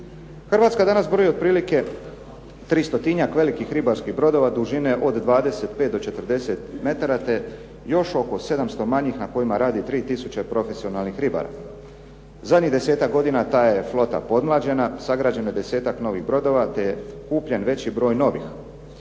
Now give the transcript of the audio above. Hrvatska danas broji otprilike 300-tinjak velikih ribarskih brodova dužine od 25 do 40 metara, te još oko 700 manjih na kojima radi 3 tisuće profesionalnih ribara. Zadnjih 10-tak godina ta je flota pomlađena sagrađeno je 10-tak novih brodova te kupljen veći broj novih.